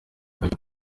dakar